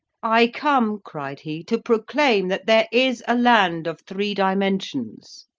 i come, cried he, to proclaim that there is a land of three dimensions.